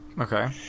Okay